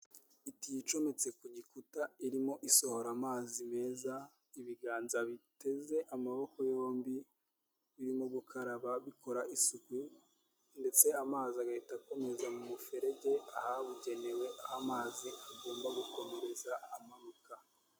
Itiyo icometse ku gikuta irimo isohora amazi meza, ibiganza biteze amaboko yombi birimo gukaraba bikora isuku, ndetse amazi agahita akomeza mu muferege, ahabugenewe, aho amazi agomba gukomereza amanuka.